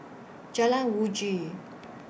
Jalan Uji